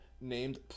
named